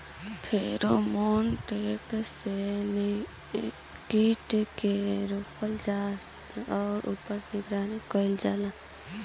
Pheromone trap से कीट के रोकल जाला और ऊपर निगरानी कइल जाला?